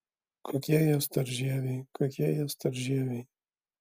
kokie jie storžieviai kokie jie storžieviai